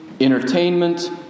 entertainment